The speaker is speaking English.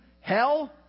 hell